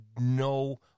no